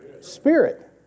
Spirit